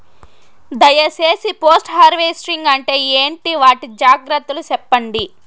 దయ సేసి post harvesting అంటే ఏంటి? వాటి జాగ్రత్తలు సెప్పండి?